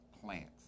plants